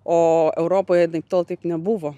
o europoje anaiptol taip nebuvo